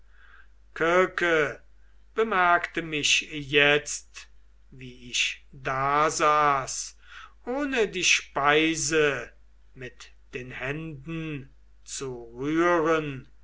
bemerkte mich jetzt wie ich dasaß ohne die speise mit den händen zu rühren